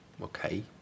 Okay